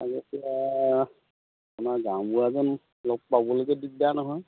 তেতিয়া আমাৰ গাঁওবুঢ়াজন লগ পাবলৈকে দিগদাৰ নহয়